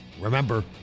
Remember